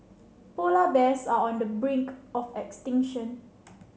polar bears are on the brink of extinction